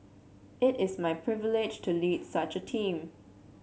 it is my privilege to lead such a team